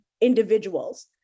individuals